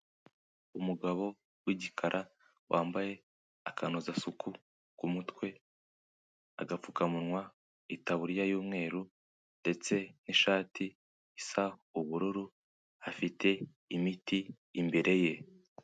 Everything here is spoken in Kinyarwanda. Umugabo w'igikara wambaye akanozasuku ku mutwe, agapfukamunwa, itaburiya y'umweru ndetse n'ishati isa ubururu afite imiti imbere ye.